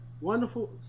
wonderful